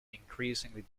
increasingly